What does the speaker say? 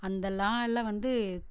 அந்த ல எல்லாம் வந்து